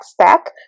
stack